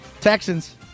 Texans